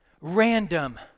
random